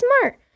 smart